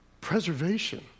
Preservation